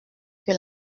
que